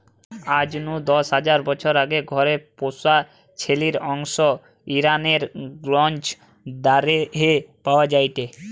আজ নু দশ হাজার বছর আগে ঘরে পুশা ছেলির অংশ ইরানের গ্নজ দারেহে পাওয়া যায়টে